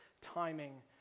timing